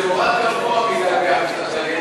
חברים, בואו נהיה רציניים, מדובר פה בהבעת מחאה.